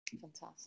Fantastic